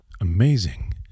amazing